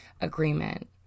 agreement